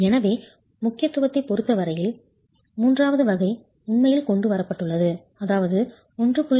எனவே முக்கியத்துவத்தைப் பொறுத்த வரையில் மூன்றாவது வகை உண்மையில் கொண்டு வரப்பட்டுள்ளது அதாவது 1